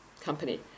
company